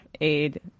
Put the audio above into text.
aid